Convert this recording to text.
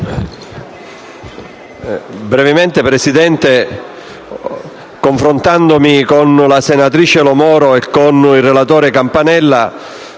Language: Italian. Grazie